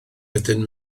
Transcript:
wedyn